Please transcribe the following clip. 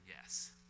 yes